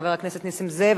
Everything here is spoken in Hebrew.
חבר הכנסת נסים זאב,